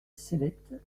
cellettes